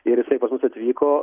ir jisai pas mus atvyko